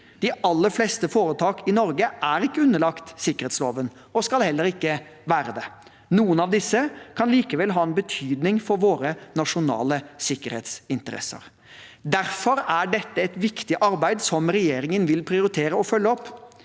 De aller fleste foretak i Norge er ikke underlagt sikkerhetsloven og skal heller ikke være det. Noen av disse kan likevel ha en betydning for våre nasjonale sikkerhetsinteresser. Derfor er dette er et viktig arbeid som regjeringen vil prioritere å følge opp.